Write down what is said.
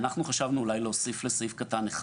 אנחנו חשבנו, אולי, להוסיף לסעיף קטן (1),